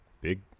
Big